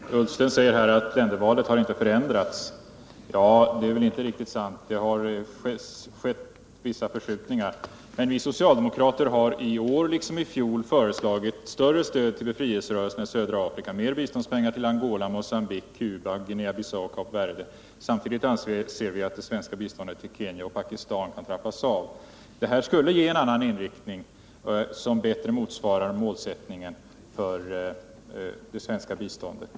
Herr talman! Ola Ullsten säger att ländervalet inte har förändrats. Det är väl inte riktigt sant. Vissa förskjutningar har skett. Vi socialdemokrater har i år liksom i fjol föreslagit större stöd till befrielserörelserna i södra Afrika samt mer biståndspengar till Angola, Mogambique, Cuba, Guinea-Bissau och Kap Verde. Samtidigt anser vi att det svenska biståndet till Kenya och Pakistan skall trappas av. Detta skulle ge en annan inriktning som bättre motsvarar målsättningen för det svenska biståndet.